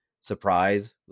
Surprise